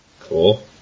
Cool